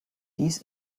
dies